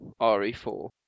RE4